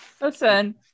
Listen